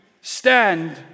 stand